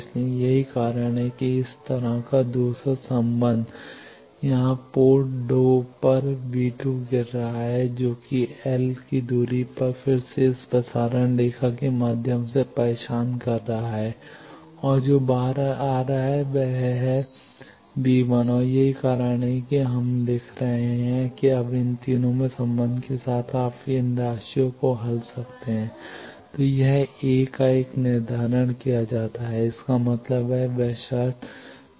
इसलिए यही कारण है कि इस तरह का दूसरा संबंध यहां पोर्ट 2 पर गिर रहा है जो कि एल की दूरी पर फिर से इस प्रसारण रेखा के माध्यम से परेशान कर रहा है और जो बाहर आ रहा है वह हैऔर यही कारण है कि हम लिख रहे हैं अब इन तीन संबंधों के साथ आप इन राशियों के लिए हल कर सकते हैं तो यह ए का निर्धारण किया जाता है जब I 2 0 इसका मतलब है वह शर्त